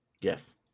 Yes